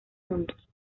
juntos